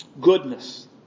Goodness